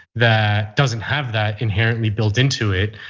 that doesn't have that inherently built into it.